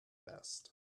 best